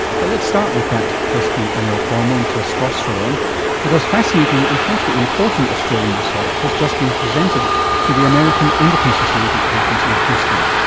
but let's start with that pesky male hormone testosterone because fascinating and potentially important australian research has just been presented to the american endocrine society conference in houston.